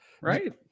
right